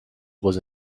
was